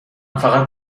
فقط